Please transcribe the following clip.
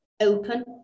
open